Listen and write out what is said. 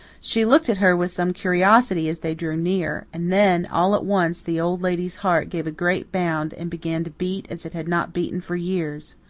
she looked at her with some curiosity as they drew near and then, all at once, the old lady's heart gave a great bound and began to beat as it had not beaten for years,